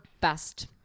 best